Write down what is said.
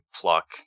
pluck